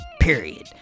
period